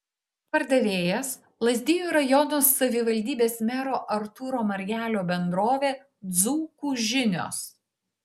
pardavėjas lazdijų rajono savivaldybės mero artūro margelio bendrovė dzūkų žinios